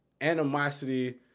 animosity